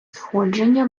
сходження